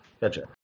Gotcha